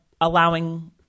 allowing